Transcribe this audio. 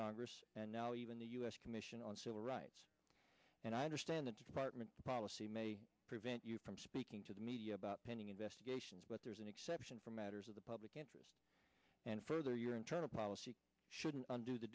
congress and now even the u s commission on civil rights and i understand the department policy may prevent you from speaking to the media about pending investigations but there is an exception for matters of the public interest and further your internal policy shouldn't do the